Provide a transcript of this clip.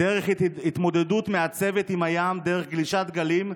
דרך התמודדות מעצבת עם הים, דרך גלישת גלים.